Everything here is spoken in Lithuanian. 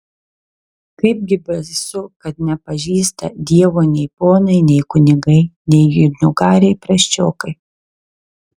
kaipgi baisu kad nepažįsta dievo nei ponai nei kunigai nei juodnugariai prasčiokai